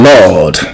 Lord